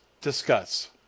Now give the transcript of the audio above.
Discuss